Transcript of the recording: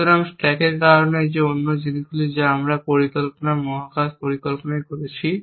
সুতরাং স্ট্যাকের কারণে যে একটি অন্য জিনিস যা আমরা পরিকল্পনা মহাকাশ পরিকল্পনায় করছি